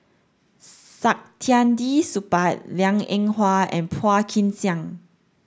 Saktiandi Supaat Liang Eng Hwa and Phua Kin Siang